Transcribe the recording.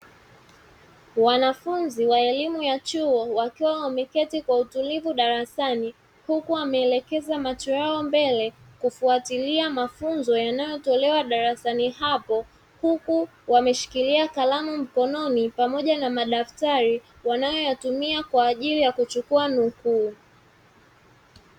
Wanafunzi wa elimu ya chuo wakiwa wameketi kwa utulivu darasani. Huku wameelekeza macho yao mbele kufuatilia mafunzo yanayotolewa darasani hapo. Huku wameshikilia kalamu mkononi pamoja na madaftari wanayoyatumia kwa ajili ya kuchukua nukuu.